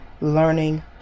learning